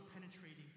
penetrating